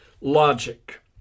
logic